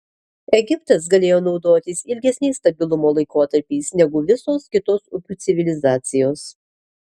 egiptas galėjo naudotis ilgesniais stabilumo laikotarpiais negu visos kitos upių civilizacijos